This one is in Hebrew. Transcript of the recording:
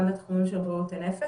גם בתחומים של בריאות הנפש.